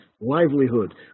livelihood